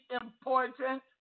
important